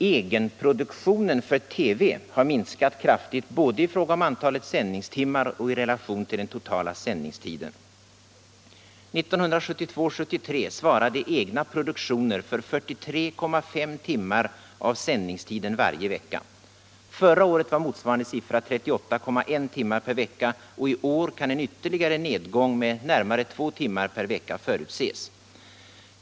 Egenproduktionen för TV inom Sveriges Radio har minskat kraftigt både i fråga om antalet sändningstimmar och i relation till den totala sändningstiden. 1972/73 svarade egna produktioner för 43,5 timmar av sändningstiden varje vecka. Förra året var motsvarande siffra 38,1 timmar per vecka och i år kan en ytterligare nedgång med närmare 2 timmar per vecka förutses.